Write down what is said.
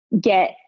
get